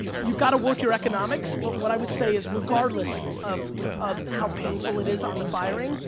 you gotta work your economics, but what i would say is regardless of of how painful it is on the firing,